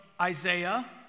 Isaiah